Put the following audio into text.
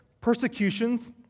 persecutions